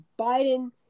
Biden